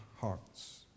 hearts